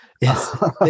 yes